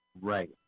Right